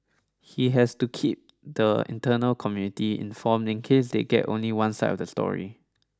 he has to keep the internal community informed in case they get only one side of the story